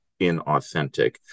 inauthentic